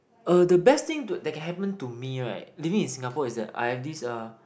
uh the best thing to that can happen to me right living in Singapore is that I have this uh